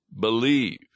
believe